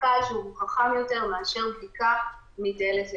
מושכל וחכם יותר מאשר בדיקה מדלת לדלת.